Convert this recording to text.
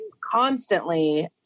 constantly